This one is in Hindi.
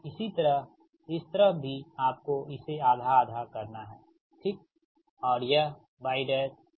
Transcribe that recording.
और इसी तरह इस तरफ भी आपको इसे आधा आधा करना हैं ठीक